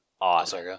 awesome